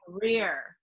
career